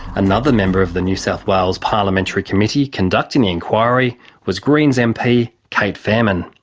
another member of the new south wales parliamentary committee conducting the inquiry was greens' mp, cate faehrmann.